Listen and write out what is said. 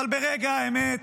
אבל ברגע האמת